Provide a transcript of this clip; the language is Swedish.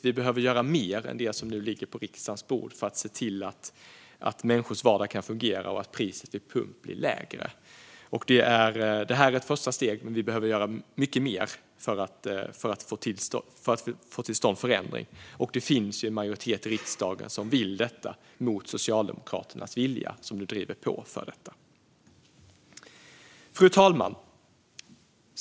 Vi behöver göra mer än det som nu ligger på riksdagens bord för att se till att människors vardag kan fungera och att priset vid pump blir lägre. Detta är ett första steg, men vi behöver göra mycket mer för att få till stånd en förändring. Det finns en majoritet i riksdagen som vill detta, mot Socialdemokraternas vilja. Fru talman!